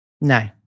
No